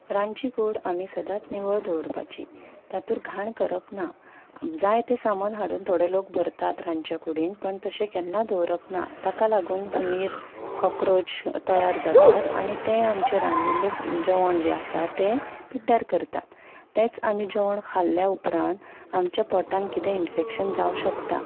रांदची कूड आमी सदांच निवळ दवरपाची तातूंर घाण करप ना जायतें सामान हाडून थोडे लोक भरतात रांदच्या कुडीन पूण तशें केन्ना दवरप ना ताका लागून हुनीर क्रॉक्रोच तयार जातात आनी ते आमचें रांदिल्लें जेवण जें आसा तें पिड्ड्यार करता तेंच आमी जेवण खाल्ल्या उपरांत आमच्या पोटान कितेंय इनफेक्शन जावं शकता